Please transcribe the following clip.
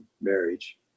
marriage